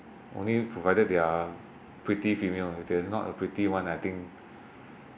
only provided they are pretty female if it's not a pretty one I think